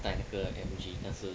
带那个那时